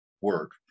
work